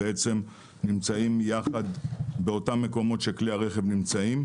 הם בעצם נמצאים יחד באותם מקומות שכלי הרכב נמצאים.